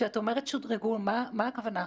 כשאת אומרת "שודרגו", למה הכוונה?